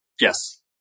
Yes